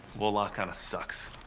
voila kind of sucks.